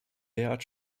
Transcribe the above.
derart